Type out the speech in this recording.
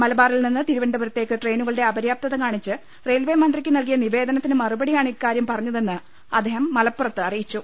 മലബാറിൽ നിന്ന് തിരുവനന്തപുരത്തേക്ക് ട്രെയിനുകളുടെ അപര്യാപ്തത കാണിച്ച് റെയിൽവെമന്ത്രിക്ക് നൽകിയ നിവേദനത്തിന് മറുപടിയായാണ് ഇക്കാര്യം പറഞ്ഞതെന്ന് അദ്ദേഹം മലപ്പുറത്ത് അറിയിച്ചു